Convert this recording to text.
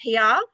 pr